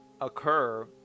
occur